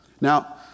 Now